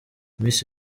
miss